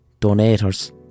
Donators